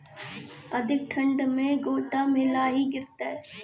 अधिक ठंड मे गोटा मे लाही गिरते?